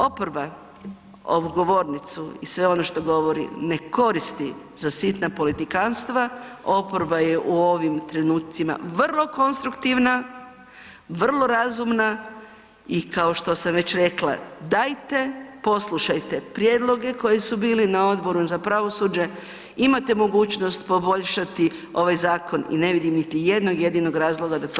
Oporba ovu govornicu i sve ono što govori ne koristi za sitna politikanstva, oporba je u ovim trenucima vrlo konstruktivna, vrlo razumna i kao što sam već rekla, dajte poslušajte prijedloge koji su bili na Odboru za pravosuđe, imate mogućnost poboljšati ovaj zakon i ne vidim niti jednog jedinog razloga da to ne učinite.